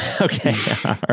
Okay